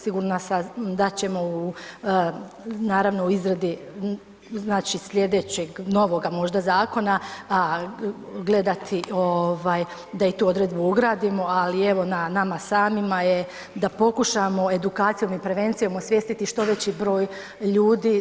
Sigurna sam da ćemo u naravno u izradi znači sljedećeg novoga možda zakona, a gledati da i tu odredbu ugradimo, ali evo, na nama samima je da pokušamo edukacijom i prevencijom osvijestiti što veći broj ljudi.